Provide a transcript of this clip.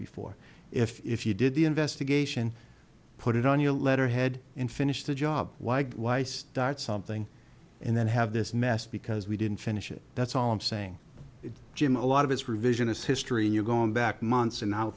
before if you did the investigation put it on your letterhead and finish the job why why start something and then have this mess because we didn't finish it that's all i'm saying jim a lot of it's revisionist history you're going back months and now